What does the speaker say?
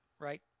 right